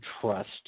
trust